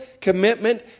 commitment